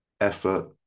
effort